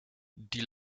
die